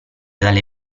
dalle